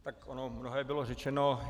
Tak ono mnohé bylo řečeno.